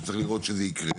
וצריך לראות שזה יקרה.